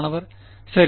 மாணவர் சரி